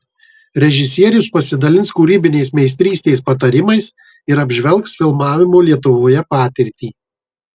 režisierius pasidalins kūrybinės meistrystės patarimais ir apžvelgs filmavimo lietuvoje patirtį